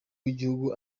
w’igihugu